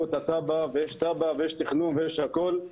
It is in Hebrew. את התב"ע ויש תב"ע ויש תכנון ויש הכול,